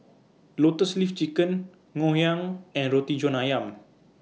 Lotus Leaf Chicken Ngoh Hiang and Roti John Ayam